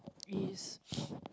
is